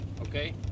okay